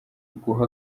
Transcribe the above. guha